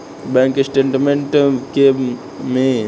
bank statement के में bank से निकाल गइल पइसा के जानकारी होला